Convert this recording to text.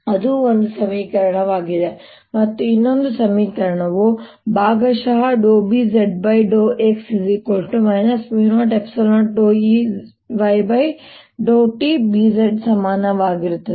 ಅದು ಒಂದು ಸಮೀಕರಣವಾಗಿದೆ ಮತ್ತು ಇನ್ನೊಂದು ಸಮೀಕರಣವು ಭಾಗಶಃ Bz∂x 00Ey∂t B z ಸಮಾನವಾಗಿರುತ್ತದೆ